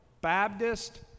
Baptist